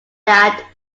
that